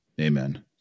amen